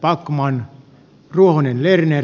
backman ruohonen lerner